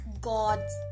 gods